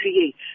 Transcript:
create